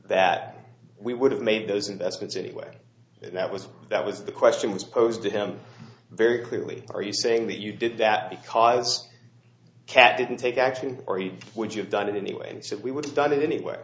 that we would have made those investments anyway and that was that was the question was posed to him very clearly are you saying that you did that because cat didn't take action or would you have done it anyway and said we would have done it anyway